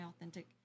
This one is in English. authentic